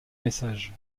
message